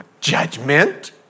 judgment